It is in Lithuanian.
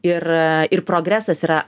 ir ir progresas yra